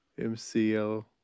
MCL